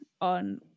on